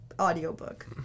audiobook